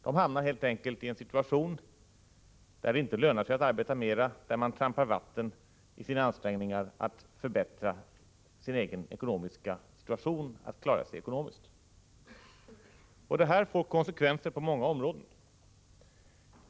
De hamnar helt enkelt i en situation där det inte lönar sig att arbeta mera, där man trampar vatten i sina ansträngningar att förbättra sin egen ekonomiska situation och att klara sig ekonomiskt. Det här får konsekvenser på många olika områden.